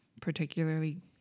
particularly